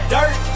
Dirt